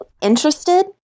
interested